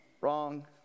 Wrong